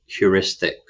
heuristics